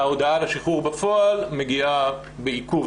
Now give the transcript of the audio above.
ההודעה על השחרור בפועל מגיעה בעיכוב,